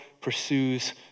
pursues